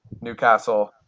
Newcastle